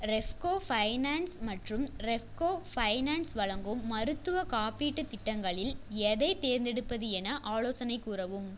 Repco finance மற்றும் Repco finance வழங்கும் மருத்துவக் காப்பீட்டுத் திட்டங்களில் எதைத் தேர்ந்தெடுப்பது என ஆலோசனை கூறவும்